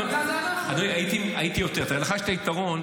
תראה, לך יש את היתרון.